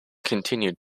continued